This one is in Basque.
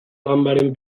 ganbaren